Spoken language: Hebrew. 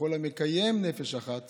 וכל המקיים נפש אחת